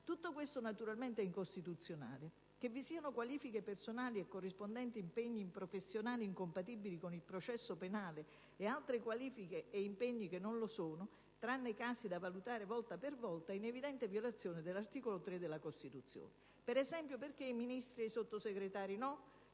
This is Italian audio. Tutto ciò naturalmente è incostituzionale: che vi siano qualifiche personali e corrispondenti impegni professionali incompatibili con il processo penale e altre qualifiche e impegni che non lo sono, tranne casi da valutare volta per volta, è in evidente violazione dell'articolo 3 della Costituzione. Per esempio, perché i Ministri sì e i Sottosegretari no?